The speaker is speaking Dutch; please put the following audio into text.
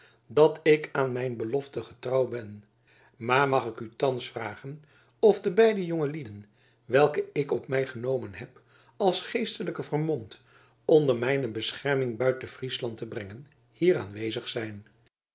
dat ik aan mijn belofte getrouw ben maar mag ik u thans vragen of de beide jongelingen welke ik op mij genomen heb als geestelijken vermomd onder mijne bescherming buiten friesland te brengen hier aanwezig zijn